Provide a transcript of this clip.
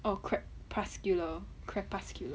oh corpuscular corpuscular